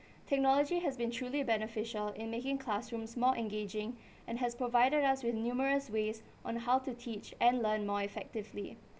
technology has been truly beneficial in making classrooms more engaging and has provided us with numerous ways on how to teach and learn more effectively